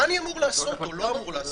מה אני אמור לעשות או לא אמור לעשות?